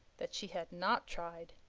that she had not tried.